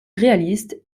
réalistes